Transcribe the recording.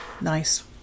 nice